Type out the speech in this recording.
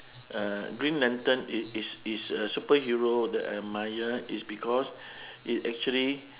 uh green lantern it it's it's a superhero that I admire it's because it actually